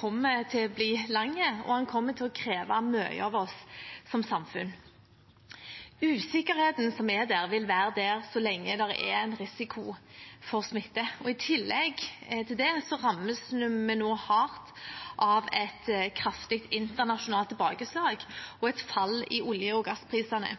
kommer til å kreve mye av oss som samfunn. Usikkerheten som er der, vil være der så lenge det er en risiko for smitte. I tillegg til det rammes vi nå hardt av et kraftig internasjonalt tilbakeslag og et fall i olje- og gassprisene.